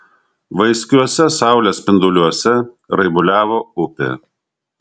vaiskiuose saulės spinduliuose raibuliavo upė